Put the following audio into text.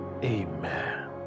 Amen